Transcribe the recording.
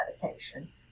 medication